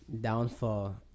downfall